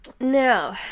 now